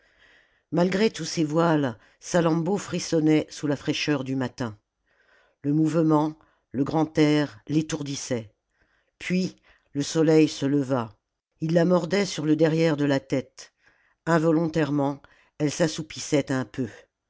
malgré tous ses voiles salammbô frissonnait sous la fraîcheur du matin le mouvement le grand air l'étourdissaient puis le soleil se leva il la mordait sur le derrière de la tête involontairement elle s'assoupissait un peu